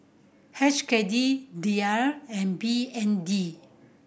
H K D Riel and B N D